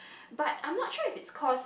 but I'm not sure if it's cause